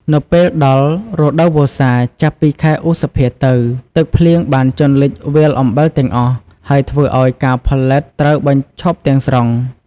នៅពេលដល់រដូវវស្សា ចាប់ពីខែឧសភាទៅ ទឹកភ្លៀងបានជន់លិចវាលអំបិលទាំងអស់ ហើយធ្វើឲ្យការផលិតត្រូវបញ្ឈប់ទាំងស្រុង។